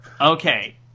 Okay